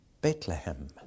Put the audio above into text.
Bethlehem